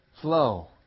Flow